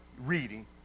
reading